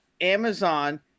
Amazon